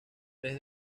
tres